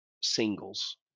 singles